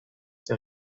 der